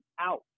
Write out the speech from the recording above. out